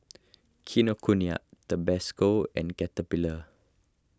Kinokuniya Tabasco and Caterpillar